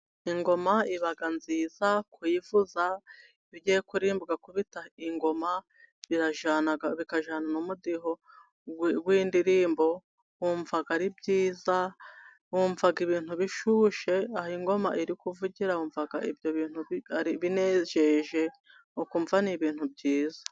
ngoma iba nziza kuyivuza. Iyo ugiye kuririmba ugakubita ingoma birajyana bikajyana n'umudiho w'indirimbo, wumva ari byiza . Wumva ibintu bishyushye, aho ingoma iri kuvugira wumva ibyo bintu binejeje, ukumva ni ibintu byiza.